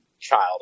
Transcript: child